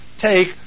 take